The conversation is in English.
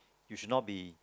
you should not be